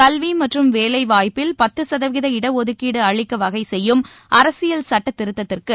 கல்வி மற்றும் வேலை வாய்ப்பில் பத்து சதவீத இட ஒதுக்கீடு அளிக்க வகை செய்யும் அரசியல் சட்டத்திருத்தத்திற்கு